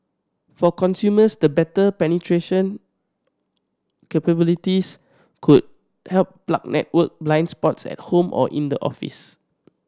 for consumers the better penetration capabilities could help plug network blind spots at home or in the office